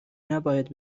نباید